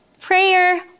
prayer